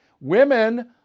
Women